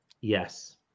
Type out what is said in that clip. Yes